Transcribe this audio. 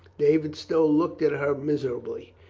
david stow looked at her miserably.